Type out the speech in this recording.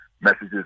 messages